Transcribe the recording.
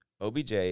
OBJ